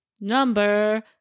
number